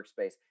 workspace